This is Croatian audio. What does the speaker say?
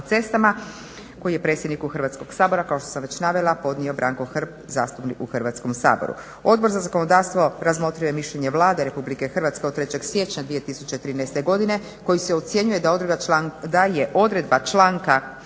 koji je predsjedniku Hrvatskog sabora kao što sam već navela podnio Branko Hrg zastupnik u Hrvatskom saboru. Odbor za zakonodavstvo razmotrio je mišljenje Vlade RH od 3. siječnja 2013. godine kojim se ocjenjuje da je odredba članka